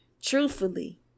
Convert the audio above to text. truthfully